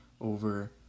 over